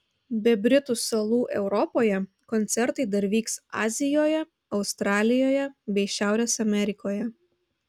be britų salų europoje koncertai dar vyks azijoje australijoje bei šiaurės amerikoje